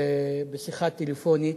בשיחה טלפונית,